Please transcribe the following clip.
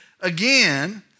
again